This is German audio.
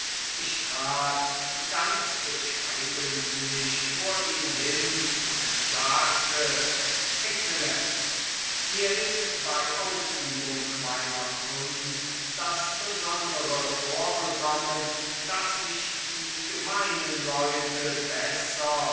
ich trat ganz bescheidentlich vor ihn hin und sagte exzellenz mir ist bei ausübung meiner kunst das besondere vorgekommen daß ich die gemeinen leute besser